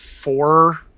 four